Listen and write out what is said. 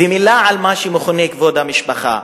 ומלה על מה שמכונה "כבוד המשפחה".